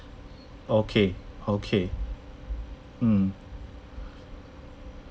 okay okay mm